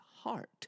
heart